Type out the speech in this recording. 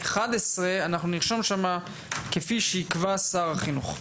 11 אנחנו נרשום שם "כפי שיקבע שר החינוך".